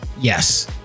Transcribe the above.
Yes